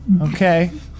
Okay